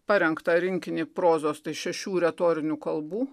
parengtą rinkinį prozos tai šešių retorinių kalbų